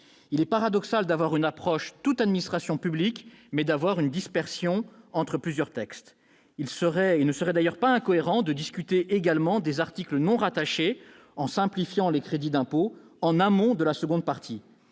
Il est paradoxal d'avoir une approche « toutes administrations publiques », mais une dispersion entre plusieurs textes ! Il ne serait d'ailleurs pas incohérent de discuter également des articles non rattachés- en simplifiant, les crédits d'impôt -en amont de la seconde partie.